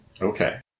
Okay